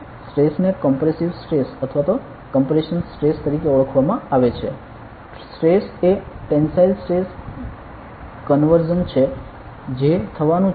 અને સ્ટ્રેસ ને compressive stress અથવા કોમ્પ્રેશન સ્ટ્રેસ તરીકે ઓળખવામાં આવે છે સ્ટ્રેસ એ ટેનસાઇલ સ્ટ્રેસ કનવર્ઝ્ન છે જે થવાનું છે